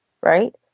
right